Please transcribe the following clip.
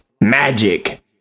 magic